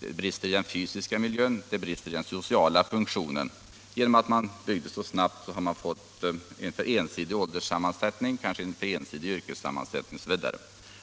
det brister i den fysiska miljön, och det brister i den sociala funktionen. Genom att man byggde så snabbt har man fått en för ensidig ålderssammansättning och kanske en för ensidig yrkessammansättning, osv.